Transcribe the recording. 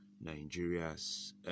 Nigeria's